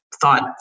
thought